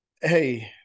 hey